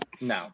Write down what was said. No